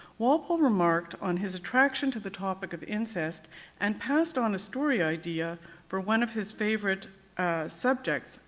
walpole remarked on his attraction to the topic of incest and passed on a story idea for one of his favorite subjects,